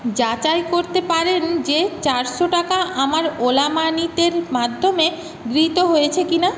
যাচাই করতে পারেন যে চারশো টাকা আমার ওলা মানি র মাধ্যমে গৃহীত হয়েছে কিনা